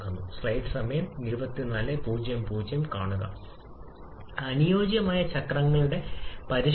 നിങ്ങൾ സംയോജിപ്പിച്ചാൽ മോളുകളുടെ എണ്ണം അതിനനുസരിച്ച് മർദ്ദം വർദ്ധിക്കുന്നു സിലിണ്ടറും കൂടാൻ പോകുന്നു